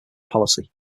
policy